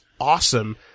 awesome